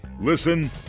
Listen